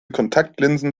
kontaktlinsen